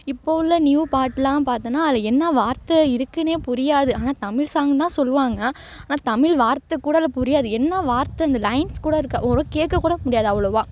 இப்போ உள்ள நியூ பாட்லாம் பார்த்தனா அதில் என்ன வார்த்தை இருக்குதுனே புரியாது ஆனால் தமிழ் சாங்குனு தான் சொல்வாங்க ஆனால் தமிழ் வார்த்தை கூட அதில் புரியாது என்ன வார்த்தை அந்த லயன்ஸ் கூட இருக்காது ஓரளவு கேட்கக்கூட முடியாது அவ்வளவா